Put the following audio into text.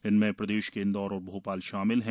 इनमें प्रदेश के इंदौर और भोपाल शामिल हैं